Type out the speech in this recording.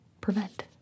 prevent